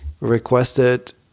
requested